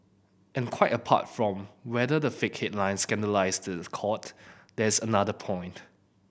and quite apart from whether the fake headlines scandalise the court there is another point